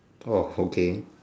orh okay